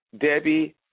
Debbie